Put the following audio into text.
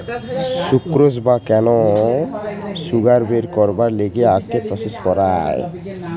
sucrose বা cane sugar বের করবার লিগে আখকে প্রসেস করায়